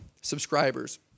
subscribers